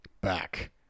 back